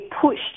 pushed